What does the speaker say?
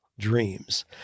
dreams